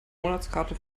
monatskarte